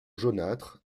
jaunâtre